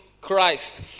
Christ